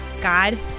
God